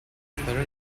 lutheran